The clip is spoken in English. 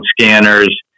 scanners